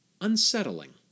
unsettling